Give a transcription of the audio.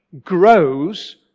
grows